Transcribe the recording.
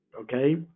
Okay